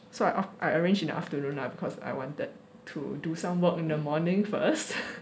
so I arranged in the afternoon lah because I wanted to do some work in the morning first